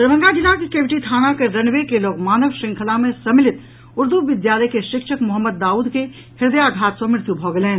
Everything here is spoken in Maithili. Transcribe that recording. दरभंगा जिलाक केवटी थानाक रनवे के लऽग मानव श्रृंखला मे सम्मिलित ऊर्दू विद्यालय के शिक्षक मोहम्मद दाउद के हृदयाघात सँ मृत्यु भऽ गेलनि